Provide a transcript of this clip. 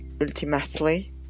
ultimately